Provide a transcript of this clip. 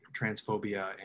transphobia